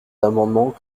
amendements